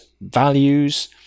values